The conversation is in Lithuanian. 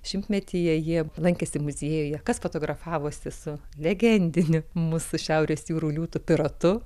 šimtmetyje jie lankėsi muziejuje kas fotografavosi su legendiniu mūsų šiaurės jūrų liūtu piratu